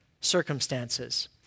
circumstances